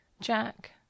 jack